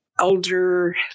Elder